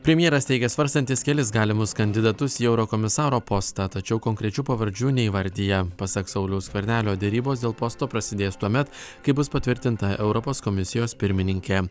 premjeras teigia svarstantis kelis galimus kandidatus į eurokomisaro postą tačiau konkrečių pavardžių neįvardija pasak sauliaus skvernelio derybos dėl posto prasidės tuomet kai bus patvirtinta europos komisijos pirmininkė